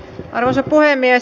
arvoisa puhemies